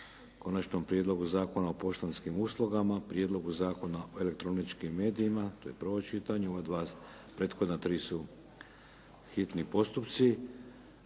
Konačnom prijedlogu zakona o poštanskim uslugama, Prijedlogu zakona o elektroničkim medijima, to je prvo čitanje. Ova dva prethodna tri su hitni postupci.